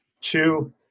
two